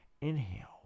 inhale